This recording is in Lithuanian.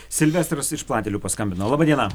silvestras iš platelių paskambino laba diena